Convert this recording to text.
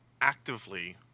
actively